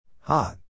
Hot